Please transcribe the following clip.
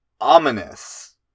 Ominous